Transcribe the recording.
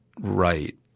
right